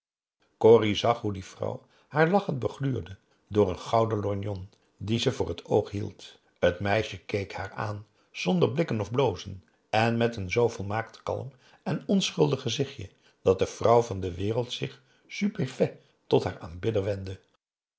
corrie zag hoe die vrouw haar lachend begluurde door een gouden lorgnon dien ze voor het oog hield het meisje keek haar aan zonder blikken of blozen en met een zoo volmaakt kalm en onschuldig gezichtje dat de vrouw van de wereld zich stupéfait tot haar aanbidder wendde